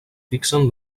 fixen